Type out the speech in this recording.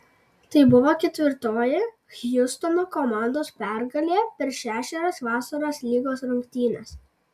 tai buvo ketvirtoji hjustono komandos pergalė per šešerias vasaros lygos rungtynes